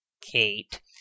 Kate